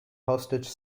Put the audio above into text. postage